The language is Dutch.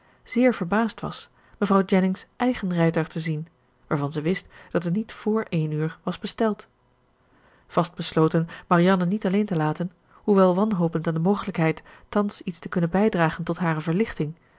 zeer verbaasd was mevrouw jenning's eigen rijtuig te zien waarvan zij wist dat het niet voor één uur was besteld vastbesloten marianne niet alleen te laten hoewel wanhopend aan de mogelijkheid thans iets te kunnen bijdragen tot hare verlichting